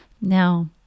Now